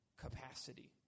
capacity